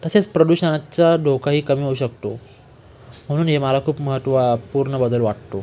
तसेच प्रदूषणाचा धोकाही कमी होऊ शकतो म्हणून हे मला खूप महत्त्वपूर्ण बदल वाटतो